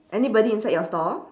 anybody inside your store